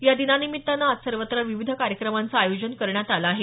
या दिनानिमित्तानं आज सर्वत्र विविध कार्यक्रमांचं आयोजन करण्यात आलं आहे